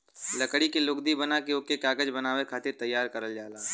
लकड़ी के लुगदी बना के ओके कागज बनावे खातिर तैयार करल जाला